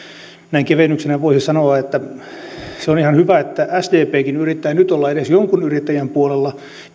näin kevennyksenä voisi sanoa että on ihan hyvä että sdpkin yrittää nyt olla edes jonkun yrittäjän puolella